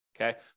Okay